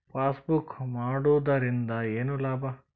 Passbook ಮಾಡುದರಿಂದ ಏನು ಲಾಭ?